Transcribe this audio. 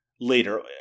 later